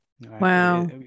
Wow